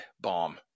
bomb